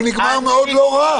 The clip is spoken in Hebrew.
הוא נגמר מאוד לא רך.